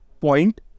point